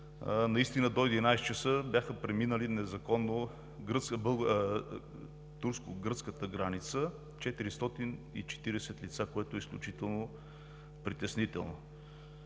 Наистина до 11 ч. бяха преминали незаконно турско-гръцката граница 440 лица, което е изключително притеснително.